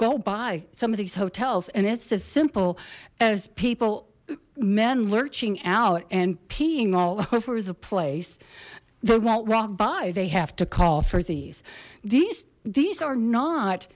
go by some of these hotels and it's as simple as people men lurching out and peeing all over the place they won't walk by they have to call for these these these are not